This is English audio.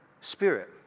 Spirit